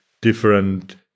different